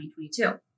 2022